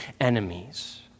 enemies